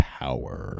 power